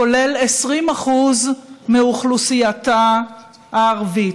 כולל 20% מאוכלוסייתה הערבית.